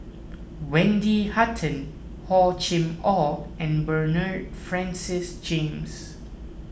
Wendy Hutton Hor Chim or and Bernard Francis James